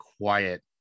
quiet